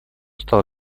стала